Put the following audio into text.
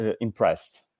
impressed